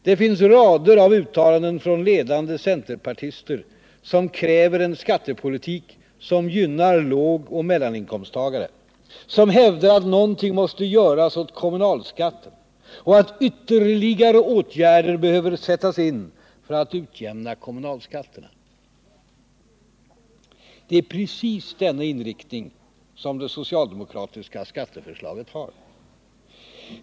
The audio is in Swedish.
Det finns rader av uttalanden från ledande centerpartister, som kräver en skattepolitik som gynnar lågoch mellaninkomsttagare och som hävdar att någonting måste göras åt kommunalskatterna och att ytterligare åtgärder behöver sättas in för att utjämna kommunalskatterna. Det är precis denna inriktning som det socialdemokratiska skatteförslaget har.